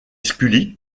scully